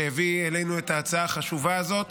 שהביא אלינו את ההצעה החשובה הזאת.